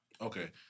Okay